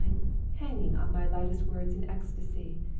hanging on my lightest words in ecstasy,